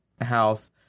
house